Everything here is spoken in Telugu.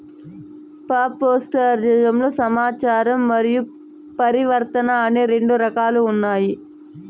పాస్టోరలిజంలో సంచారము మరియు పరివర్తన అని రెండు రకాలు ఉన్నాయి